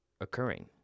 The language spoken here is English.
occurring